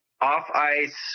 off-ice